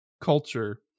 culture